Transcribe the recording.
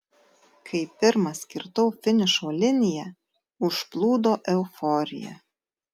kai pirmas kirtau finišo liniją užplūdo euforija